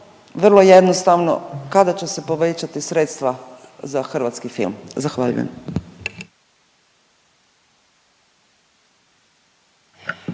vrlo jednostavno, kada će se povećati sredstva za hrvatski film? **Obuljen